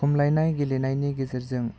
खमलायनाय गेलेनायनि गेजेरजों